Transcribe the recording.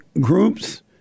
groups